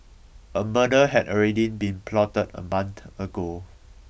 a murder had already been plotted a month ago